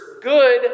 good